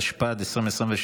התשפ"ד 2023,